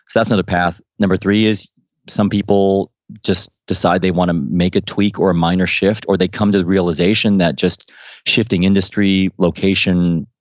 that's another a path. number three is some people just decide they want to make a tweak or a minor shift or they come to the realization that just shifting industry location,